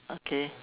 okay